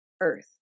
earth